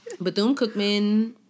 Bethune-Cookman